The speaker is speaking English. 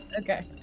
okay